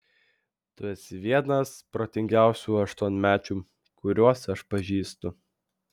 tu esi vienas protingiausių aštuonmečių kuriuos aš pažįstu